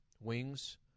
wings